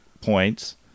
points